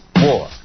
War